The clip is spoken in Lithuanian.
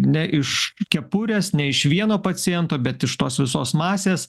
ne iš kepurės ne iš vieno paciento bet iš tos visos masės